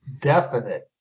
definite